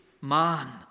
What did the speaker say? man